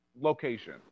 location